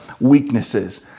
weaknesses